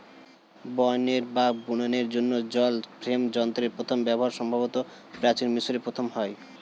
বয়নের বা বুননের জন্য জল ফ্রেম যন্ত্রের প্রথম ব্যবহার সম্ভবত প্রাচীন মিশরে প্রথম হয়